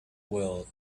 world